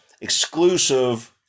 exclusive